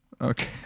Okay